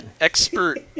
expert